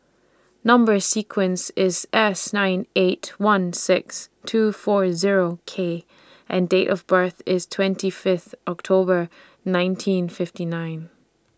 Number sequence IS S nine eight one six two four Zero K and Date of birth IS twenty Fifth October nineteen fifty nine